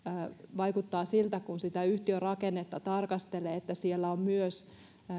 vaikuttaa siltä kun sitä yhtiörakennetta tarkastelee että siellä on myös